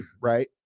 right